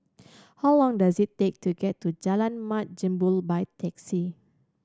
how long does it take to get to Jalan Mat Jambol by taxi